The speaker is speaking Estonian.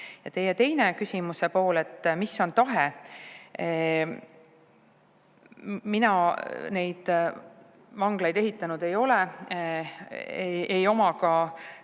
teie teine küsimuse pool, et mis on tahe. Mina neid vanglaid ehitanud ei ole, [mul ei ole ka